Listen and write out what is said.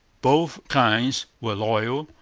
both kinds were loyal.